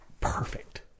perfect